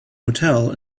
hotel